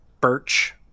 Birch